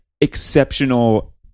exceptional